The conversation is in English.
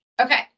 okay